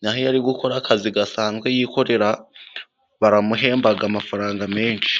naho iyo ari gukora akazi gasanzwe yikorera, baramuhemba amafaranga menshi.